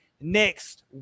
next